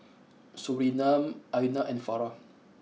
Surinam Aina and Farah